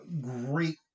great